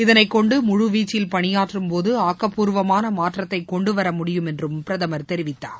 இதனைக் கொண்டு முழுவீச்சில் பணியாற்றும் போது ஆக்கப்பூர்வமான மாற்றத்தைக் கொண்டு வர முடியும் என்றும் பிரதமர் தெரிவித்தார்